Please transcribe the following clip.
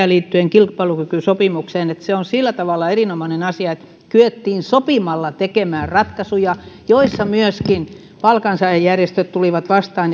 liittyen kilpailukykysopimukseen sitä että se on sillä tavalla erinomainen asia että kyettiin sopimalla tekemään ratkaisuja joissa myöskin palkansaajajärjestöt tulivat vastaan